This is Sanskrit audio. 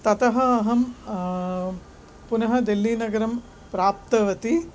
ततः अहं पुनः दिल्लीनगरं प्राप्तवती